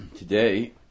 Today